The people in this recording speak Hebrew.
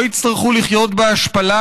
לא יצטרכו לחיות בהשפלה.